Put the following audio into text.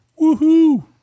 woohoo